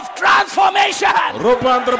transformation